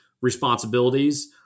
responsibilities